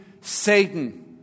Satan